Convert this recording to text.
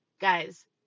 guys